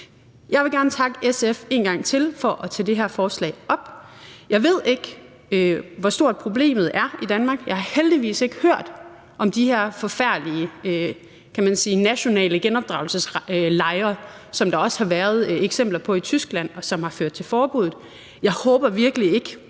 Jeg vil gerne takke SF en gang til for at tage det her forslag op. Jeg ved ikke, hvor stort problemet er i Danmark. Jeg har heldigvis ikke hørt om de her forfærdelige, kan man sige, nationale genopdragelseslejre, som der også har været eksempler på i Tyskland, og som har ført til forbuddet. Jeg håber virkelig ikke,